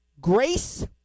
grace